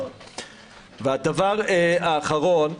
דבר אחרון,